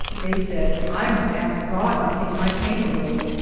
they said i must ask god to take my pain away.